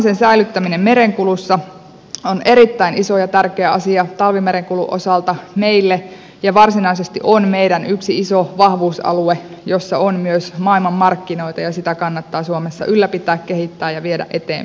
osaamisen säilyttäminen merenkulussa on erittäin iso ja tärkeä asia talvimerenkulun osalta meille ja varsinaisesti on meidän yksi iso vahvuusalue jossa on myös maailmanmarkkinoita ja sitä kannattaa suomessa ylläpitää kehittää ja viedä eteenpäin